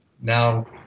now